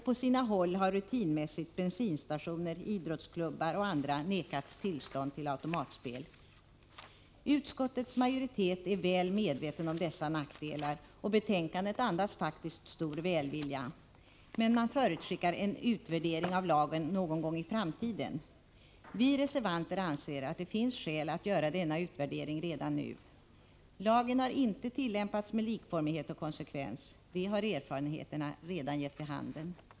På sina håll har rutinmässigt bensinstationer, idrottsklubbar och andra nekats tillstånd till automatspel. Utskottets majoritet är väl medveten om dessa nackdelar, och betänkandet andas faktiskt stor välvilja. Men man förutskickar en utvärdering av lagen någon gång i framtiden. Vi reservanter anser att det finns skäl att göra denna utvärdering redan nu. Lagen har inte tillämpats med likformighet och konsekvens. Det har erfarenheterna redan gett vid handen.